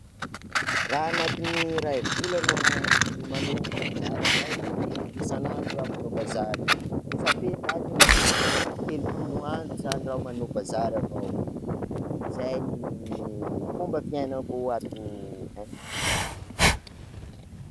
Raha anatin'ny iray volana manao bazary, de isan'andro zaho manao bazary, ça fait zany telopolo andro zaho manao bazary avao, zay no fomba fiainako ato.